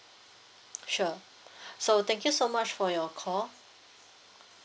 sure so thank you so much for your call